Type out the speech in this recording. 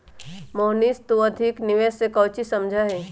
मोहनीश तू अधिक निवेश से काउची समझा ही?